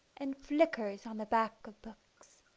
and flickers on the back of books.